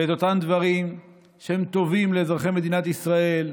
ואת אותם דברים שהם טובים לאזרחי מדינת ישראל,